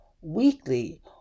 weekly